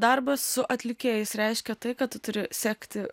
darbas su atlikėjais reiškia tai kad tu turi sekti